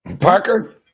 Parker